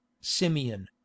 Simeon